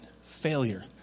failure